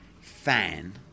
fan